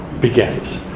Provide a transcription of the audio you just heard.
begins